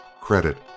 Credit